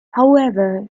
however